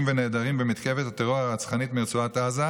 ונעדרים במתקפת הטרור הרצחנית מרצועת עזה,